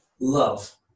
love